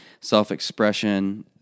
self-expression